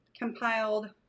compiled